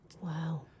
Wow